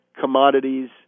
commodities